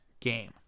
game